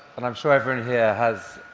and i'm sure everyone here has,